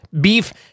Beef